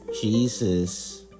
Jesus